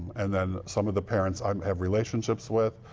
and then some of the parents um have relationships with.